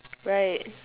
right